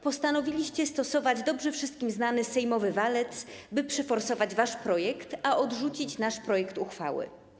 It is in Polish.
Postanowiliście stosować dobrze wszystkim znany sejmowy walec, by przeforsować wasz projekt, a odrzucić nasz projekt uchwały.